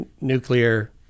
nuclear